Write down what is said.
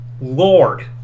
lord